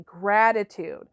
gratitude